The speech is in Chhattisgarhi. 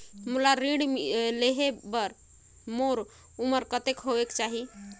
मोला ऋण लेहे बार मोर उमर कतेक होवेक चाही?